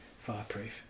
fireproof